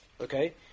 okay